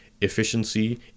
efficiency